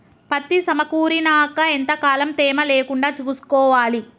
పత్తి సమకూరినాక ఎంత కాలం తేమ లేకుండా చూసుకోవాలి?